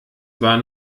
war